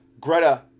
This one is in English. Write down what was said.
greta